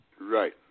Right